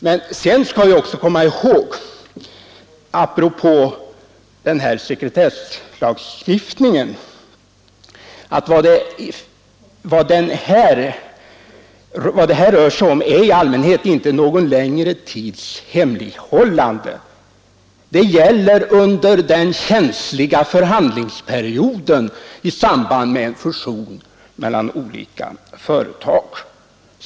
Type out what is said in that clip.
Men vi skall, apropå sekretesslagstiftningen, komma ihåg att det i allmänhet inte rör sig om någon längre tids hemlighållande. Det gäller bara den känsliga förhandlingsperioden i samband med en fusion mellan företag.